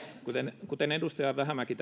kuten kuten edustaja vähämäki